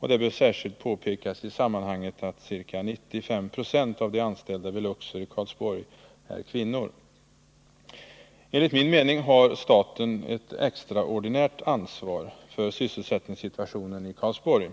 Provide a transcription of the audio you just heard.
Det bör särskilt påpekas i sammanhanget att ca 95 24 av de anställda vid Luxor i Karlsborg är kvinnor. Enligt min mening har staten ett extraordinärt ansvar för sysselsättningssituationen i Karlsborg.